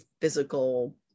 physical